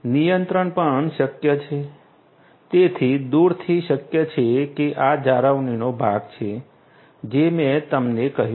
નિયંત્રણ પણ શક્ય છે તેથી દૂરથી શક્ય છે કે આ જાળવણીનો ભાગ છે જે મેં તમને કહ્યું છે